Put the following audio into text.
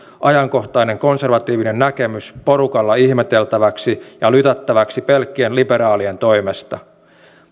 ajankohtainen konservatiivinen näkemys porukalla ihmeteltäväksi ja lytättäväksi pelkkien liberaalien toimesta